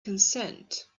consent